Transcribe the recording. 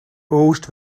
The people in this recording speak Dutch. oost